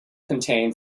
contain